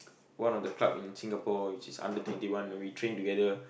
one of the club in Singapore which is under twenty one we train together